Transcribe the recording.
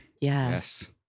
Yes